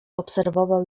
obserwował